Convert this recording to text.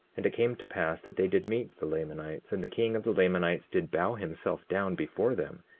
and it came to pass that they did meet the lamanites and the king of the lamanites did bow himself down before them,